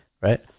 right